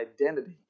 identity